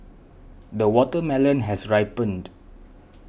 the watermelon has ripened